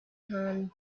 hand